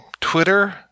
Twitter